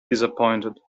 disappointed